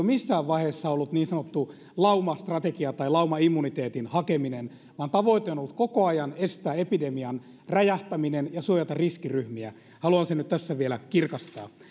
missään vaiheessa ollut niin sanottu laumastrategia tai laumaimmuniteetin hakeminen vaan tavoite on ollut koko ajan estää epidemian räjähtäminen ja suojata riskiryhmiä haluan sen nyt tässä vielä kirkastaa